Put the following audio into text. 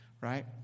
Right